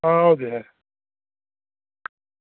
आं ओह् ते ऐ